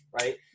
Right